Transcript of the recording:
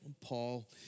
Paul